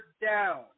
down